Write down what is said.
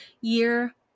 Year